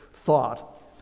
thought